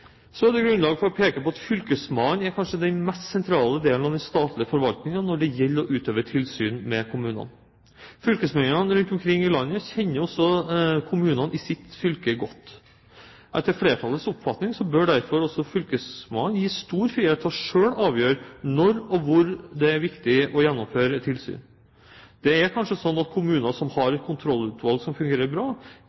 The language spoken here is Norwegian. Så er det grunnlag for å peke på at fylkesmannen er kanskje den mest sentrale delen av den statlige forvaltningen når det gjelder å utøve tilsyn med kommunene. Fylkesmennene rundt omkring i landet kjenner kommunene i sitt fylke godt. Etter flertallets oppfatning bør derfor også fylkesmannen gis stor frihet til selv å avgjøre når og hvor det er viktig å gjennomføre tilsyn. Det er kanskje sånn at kommuner som har